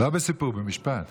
לא בסיפור, במשפט.